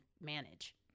manage